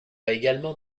également